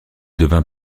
devient